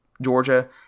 Georgia